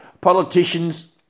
politicians